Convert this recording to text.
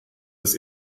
das